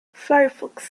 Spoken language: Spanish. firefox